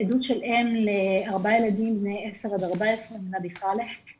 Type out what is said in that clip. עדות של אם לארבעה ילדים בני 10 עד 14 מוואדי סאלח.